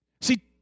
See